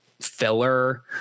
filler